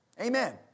Amen